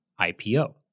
IPO